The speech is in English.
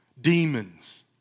Demons